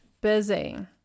busy